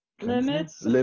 limits